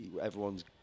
Everyone's